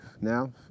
Now